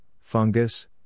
fungus